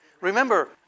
Remember